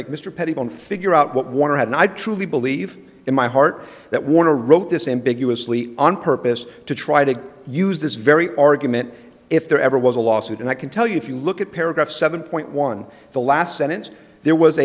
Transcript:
make mr pettibone figure out what one had i truly believe in my heart that warner wrote this ambiguously on purpose to try to use this very argument if there ever was a lawsuit and i can tell you if you look at paragraph seven point one the last sentence there was